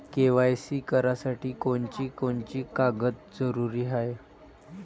KYC करासाठी कोनची कोनची कागद जरुरी हाय?